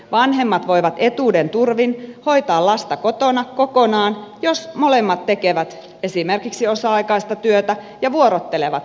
vanhemmat voivat etuuden turvin hoitaa lasta kotona kokonaan jos molemmat tekevät esimerkiksi osa aikaista työtä ja vuorottelevat lapsen hoitamisessa